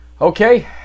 Okay